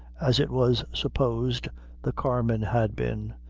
as it was supposed the carman had been,